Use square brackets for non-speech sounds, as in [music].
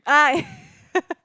ah [laughs]